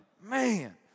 man